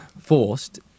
forced